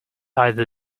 either